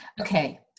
okay